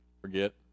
forget